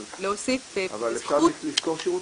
אבל אפשר לשכור שירותים.